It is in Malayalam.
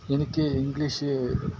എനിക്ക് ഇംഗ്ലീഷ്